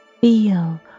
feel